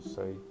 say